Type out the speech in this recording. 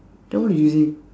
then what you using